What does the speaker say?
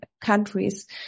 countries